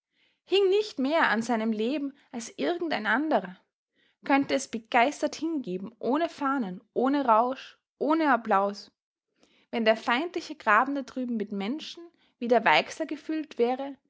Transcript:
hing nicht mehr an seinem leben als irgend ein anderer könnte es begeistert hingeben ohne fahnen ohne rausch ohne applaus wenn der feindliche graben da drüben mit menschen wie der weixler gefüllt wäre